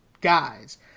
guys